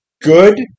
good